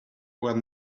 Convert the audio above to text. were